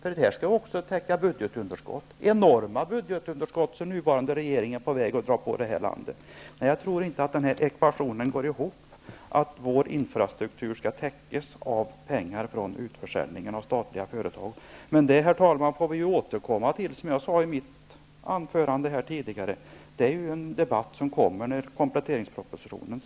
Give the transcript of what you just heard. Pengarna skall också täcka de enorma budgetunderskott som den nuvarande regeringen är på väg att förorsaka det här landet. Att kostnaderna för vår infrastruktur skall täckas av pengar från utförsäljningen av statliga företag är en ekvation som inte går ihop. Men det får vi återkomma till. Det är en debatt som skall hållas när det blir aktuellt att diskutera kompletteringspropositionen.